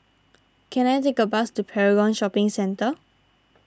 can I take a bus to Paragon Shopping Centre